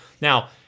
Now